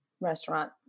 Restaurant